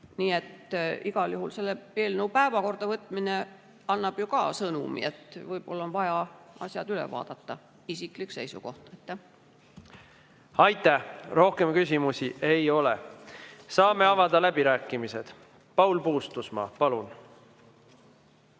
olemas. Igal juhul selle eelnõu päevakorda võtmine annab ju ka sõnumi, et võib-olla on vaja asjad üle vaadata – isiklik seisukoht. Aitäh! Rohkem küsimusi ei ole, saame avada läbirääkimised. Paul Puustusmaa, palun!